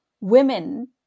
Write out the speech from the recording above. women